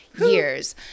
years